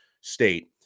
State